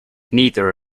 neither